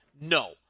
No